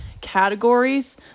categories